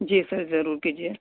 جی sir ضرور کیجیے